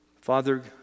Father